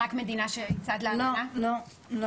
לא לכתוב את זה?